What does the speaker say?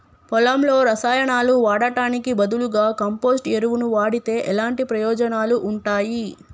పొలంలో రసాయనాలు వాడటానికి బదులుగా కంపోస్ట్ ఎరువును వాడితే ఎలాంటి ప్రయోజనాలు ఉంటాయి?